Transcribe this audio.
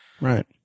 Right